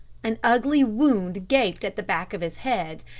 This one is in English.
an ugly wound gaped at the back of his head,